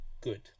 good